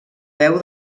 veu